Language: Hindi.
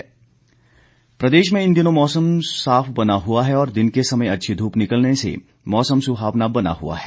मौसम प्रदेश में इन दिनों मौसम साफ बना हुआ है और दिन के समय अच्छी धूप निकलने से मौसम सुहावना बना हुआ है